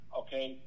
okay